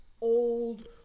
old